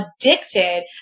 addicted